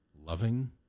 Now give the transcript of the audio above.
loving